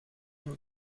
een